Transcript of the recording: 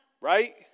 Right